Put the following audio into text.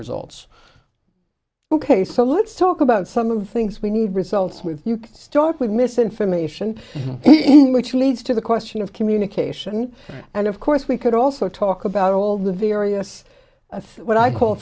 results ok so let's talk about some of the things we need results with you start with misinformation which leads to the question of communication and of course we could also talk about all the various what i call